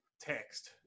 text